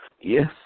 Yes